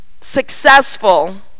successful